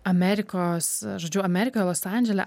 amerikos žodžiu amerika los andžele